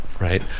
right